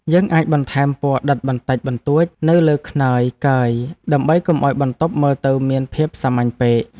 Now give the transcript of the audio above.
យើងអាចបន្ថែមពណ៌ដិតបន្តិចបន្តួចនៅលើខ្នើយកើយដើម្បីកុំឱ្យបន្ទប់មើលទៅមានភាពសាមញ្ញពេក។